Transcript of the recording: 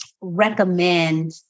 recommend